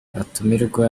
abatumirwa